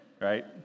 Right